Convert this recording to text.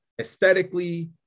aesthetically